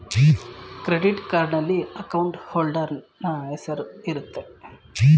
credit ಕಾರ್ಡ್ನಲ್ಲಿ account holder ನ ಹೆಸರಿರುತ್ತೆ